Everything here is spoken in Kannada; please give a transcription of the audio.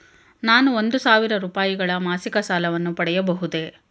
ನಾನು ಒಂದು ಸಾವಿರ ರೂಪಾಯಿಗಳ ಮಾಸಿಕ ಸಾಲವನ್ನು ಪಡೆಯಬಹುದೇ?